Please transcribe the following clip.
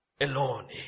alone